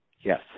Yes